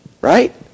Right